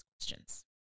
questions